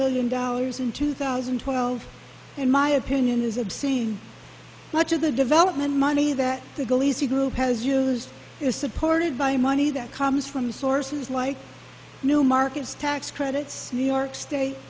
million dollars in two thousand and twelve in my opinion is obscene much of the development money that the group has used is supported by money that comes from sources like new markets tax credits new york state